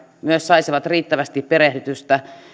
saisivat riittävästi perehdytystä